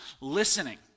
listening